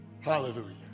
Hallelujah